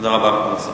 תודה רבה.